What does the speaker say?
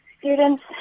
students